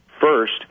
First